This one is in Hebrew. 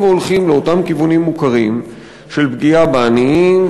והולכים לאותם כיוונים מוכרים של פגיעה בעניים,